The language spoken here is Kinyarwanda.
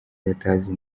batazi